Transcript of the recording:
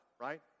right